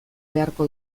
beharko